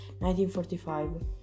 1945